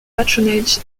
patronage